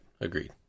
Agreed